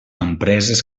empreses